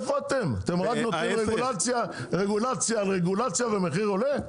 אתם רק נותנים רגולציה על רגולציה והמחיר עולה?